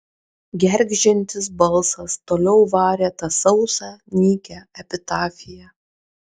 gergždžiantis balsas toliau varė tą sausą nykią epitafiją